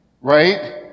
right